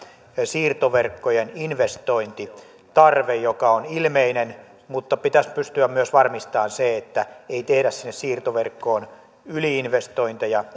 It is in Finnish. siirtoverkkojen investointitarve joka on ilmeinen mutta pitäisi pystyä myös varmistamaan se että ei tehdä siirtoverkkoon yli investointeja